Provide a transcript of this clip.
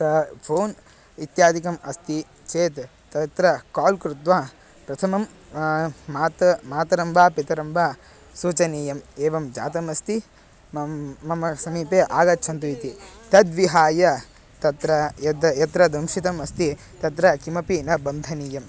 तत् फ़ोन् इत्यादिकम् अस्ति चेत् तत्र काल् कृत्वा प्रथमं मात मातरं वा पितरं वा सूचनीयम् एवं जातमस्ति मं मम समीपे आगच्छन्तु इति तद् विहाय तत्र यद् यत्र दंशितम् अस्ति तत्र किमपि न बन्धनीयम्